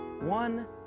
one